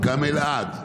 גם באלעד,